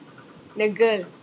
the girl